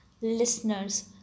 listeners